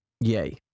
Yay